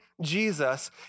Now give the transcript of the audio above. Jesus